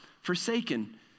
forsaken